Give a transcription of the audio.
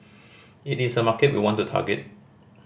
it is a market we want to target